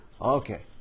Okay